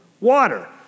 Water